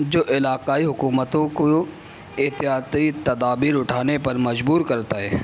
جو علاقائی حکومتوں کو ایک تدابیر اٹھانے پر مجبور کرتا ہے